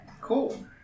Cool